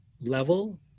level